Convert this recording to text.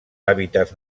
hàbitats